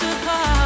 apart